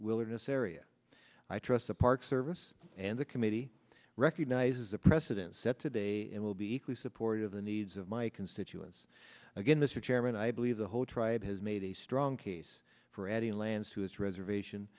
wilderness area i trust the park service and the committee recognizes the precedent set today and will be equally supported of the needs of my constituents again this is chairman i believe the whole tribe has made a strong case for adding lands to its reservation